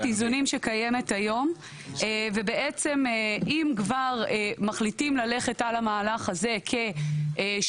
האיזונים שקיימת היום ואם כבר מחליטים ללכת על המהלך הזה כשלב